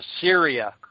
Syria